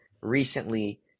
recently